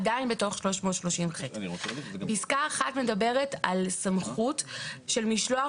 עדיין בתוך 330ח. פסקה (1) מדברת על סמכות של משלוח